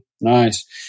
Nice